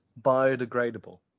biodegradable